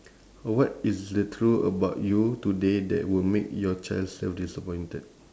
what is the true about you today that would make your child self disappointed